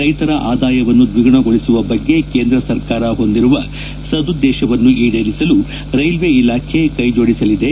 ರೈತರ ಆದಾಯವನ್ನು ದ್ವಿಗುಣಗೊಳಿಸುವ ಬಗ್ಗೆ ಕೇಂದ್ರ ಸರ್ಕಾರ ಹೊಂದಿರುವ ಸದುದ್ದೇತವನ್ನು ಈಡೇರಿಸಲು ರೈಲ್ವೆ ಇಲಾಖೆ ಕೈಜೋಡಿಸಲಿದೆ